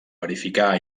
verificar